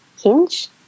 hinge